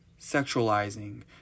sexualizing